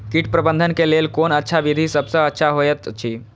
कीट प्रबंधन के लेल कोन अच्छा विधि सबसँ अच्छा होयत अछि?